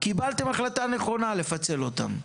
קיבלתם החלטה נכונה לפצל אותם.